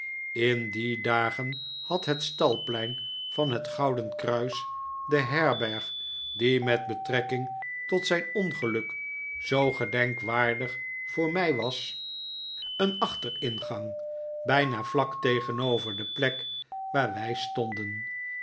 in die dagen had het stalplein van het gouden kruis de herberg die met betrekking tot zijn ongeluk zoo gedenkwaardig voor mij was een achteringang bijna vlak tegenover de plek waar wij stonden